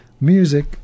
music